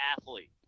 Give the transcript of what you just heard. athlete